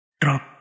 Drop